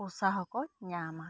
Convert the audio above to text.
ᱠᱚᱥᱟ ᱦᱚᱸᱠᱚ ᱧᱟᱢᱟ